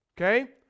Okay